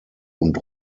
und